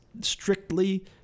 strictly